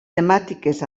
temàtiques